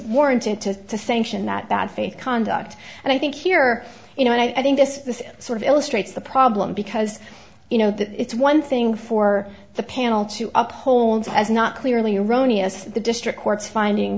warranted to sanction that bad faith conduct and i think here you know i think this sort of illustrates the problem because you know that it's one thing for the panel to uphold as not clearly erroneous the district court's finding